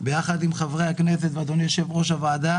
ביחד עם חברי הכנסת ואדוני יושב-ראש הוועדה